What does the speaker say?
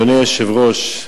אדוני היושב-ראש,